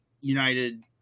United